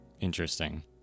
Interesting